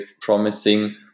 promising